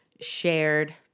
shared